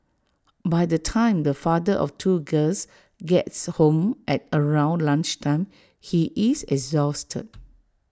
by the time the father of two girls gets home at around lunch time he is exhausted